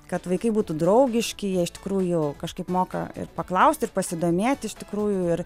kad vaikai būtų draugiški jie iš tikrųjų kažkaip moka paklausti ir pasidomėti iš tikrųjų ir